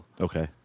okay